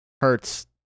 hurts